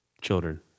children